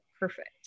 perfect